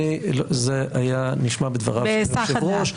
זה היה נשמע בדבריו של היושב-ראש.